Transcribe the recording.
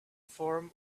form